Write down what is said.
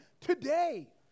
today